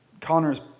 Connor's